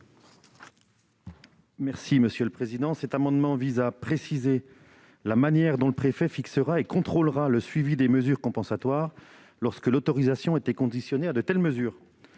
est à M. le rapporteur. Cet amendement vise à préciser la manière dont le préfet fixera et contrôlera le suivi des mesures compensatoires lorsque l'autorisation est conditionnée à de telles mesures.